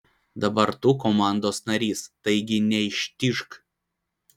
dabar tu komandos narys taigi neištižk